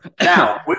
Now